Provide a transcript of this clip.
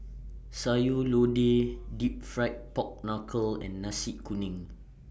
Sayur Lodeh Deep Fried Pork Knuckle and Nasi Kuning